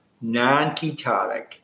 non-ketotic